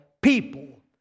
people